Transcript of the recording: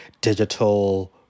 digital